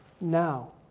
now